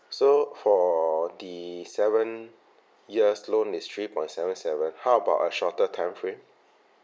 so for the seven years loan is three point seven seven how about a shorter time frame